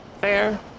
fair